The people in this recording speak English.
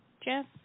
Jeff